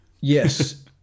Yes